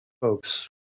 folks